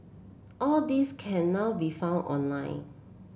all these can now be found online